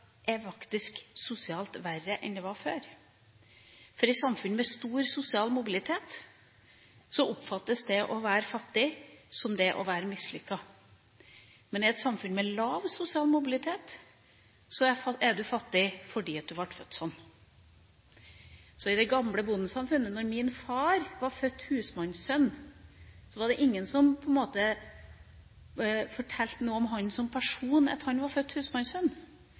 faktisk er sosialt verre enn det var før, for i samfunn med stor sosial mobilitet oppfattes det å være fattig som det å være mislykket. Men i et samfunn med lav sosial mobilitet er man fattig fordi man var født sånn. Så i det gamle bondesamfunnet som da min far var født husmannssønn, var det ingen som fortalte noe om at han som person var født husmannssønn. Sjøl om en gutt var født